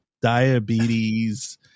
Diabetes